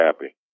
happy